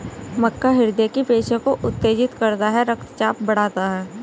मक्का हृदय की पेशियों को उत्तेजित करता है रक्तचाप बढ़ाता है